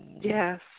Yes